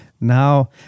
now